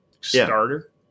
starter